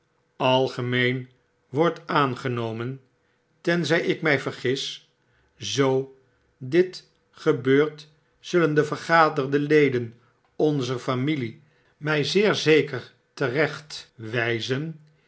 algemeen wordt aangenomen tenztj ik mij vergis zoo dit gebeurt zullen de vergaderde leden onzer familie my zeer zeker terecht